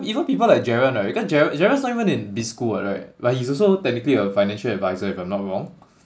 even people like gerald right because gerald gerald is not even in biz school [what] right but he's also technically a financial advisor if I'm not wrong